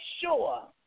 sure